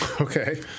Okay